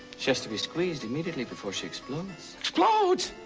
she has to be squeezed immediately before she explodes. explodes!